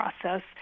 process